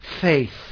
faith